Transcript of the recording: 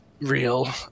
real